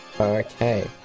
Okay